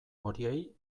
horiei